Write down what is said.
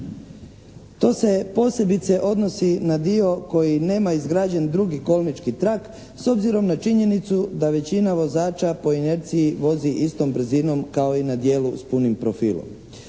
To se posebice odnosi na dio koji nema izgrađen drugi kolnički trak s obzirom na činjenicu da većina vozača po inerciji vozi istom brzinom kao i na dijelu s punim profilom.